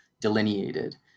delineated